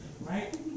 Right